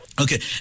Okay